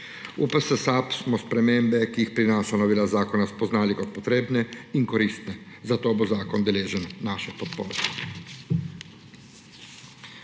V PS SAB smo spremembe, ki jih prinaša novela zakona, spoznali kot potrebne in koristne, zato bo zakon deležen naše podpore.